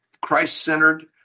Christ-centered